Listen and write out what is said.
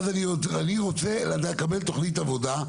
אני רוצה לקבל תכנית עבודה.